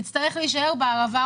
הוא יצטרך להישאר במקומו.